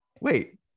wait